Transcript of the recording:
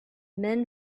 men